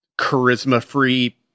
charisma-free